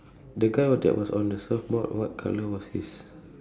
the guy that was on the surfboard what colour was his